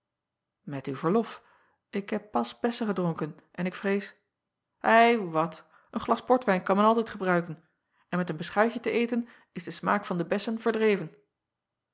et uw verlof ik heb pas bessen gedronken en ik vrees i wat en glas portwijn kan men altijd gebruiken en met een beschuitje te eten is de smaak van de bessen verdreven